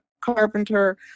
Carpenter